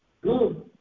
good